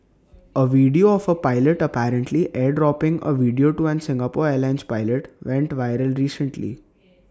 A video of A pilot apparently airdropping A video to an Singapore airlines pilot went viral recently